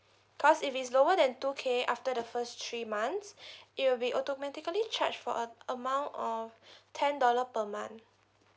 cause if it's lower than two K after the first three months it will be automatically charged for a amount of ten dollar per month